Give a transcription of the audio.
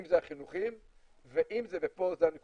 אם זה החינוכיים ואם ופה זה נקודת